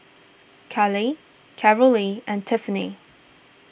Khalil Carolee and Tiffany